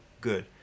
good